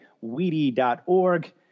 weedy.org